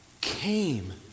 came